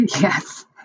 Yes